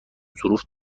ظروف